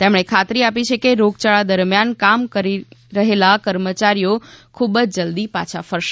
તેમણે ખાતરી આપી છે કે રોગયાળા દરમિયાન કામ કરી રહેલા કર્મચારીઓ ખૂબ જ જલ્દી પાછા ફરશે